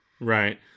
Right